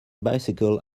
bicycle